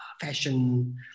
fashion